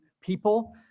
people